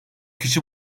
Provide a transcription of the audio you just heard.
kişi